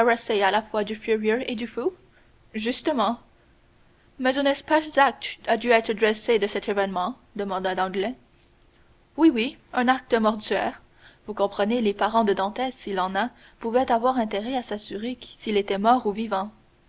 à la fois du furieux et du fou mais une espèce d'acte a dû être dressé de cet événement demanda l'anglais oui oui acte mortuaire vous comprenez les parents de dantès s'il en a pouvaient avoir intérêt à s'assurer s'il était mort ou vivant